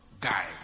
guy